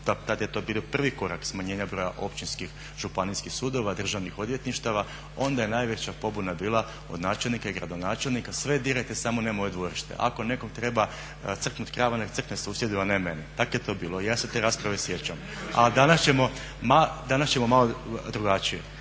tad je to bilo prvi korak smanjenja broja općinskih, županijskih sudova, državnih odvjetništava. Onda je najveća pobuna bila od načelnika i gradonačelnika sve dirajte samo ne moje dvorište. Ako nekom treba crknut krava, nek' crkne susjedova ne meni. Tak je to bilo, ja se te rasprave sjećam. A danas ćemo malo drugačije,